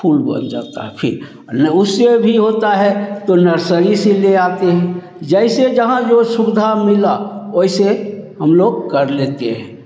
फूल बन जाता है फिर आ नहीं उससे भी होता है तो नर्सरी से ले आते हैं जैसे जहाँ जो सुविधा मिला वैसे हम लोग कर लेते हैं